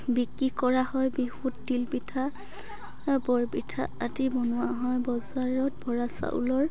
বিক্ৰী কৰা হয় বিহুত তিল পিঠা বৰপিঠা আদি বনোৱা হয় বজাৰত বৰা চাউলৰ